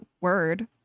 word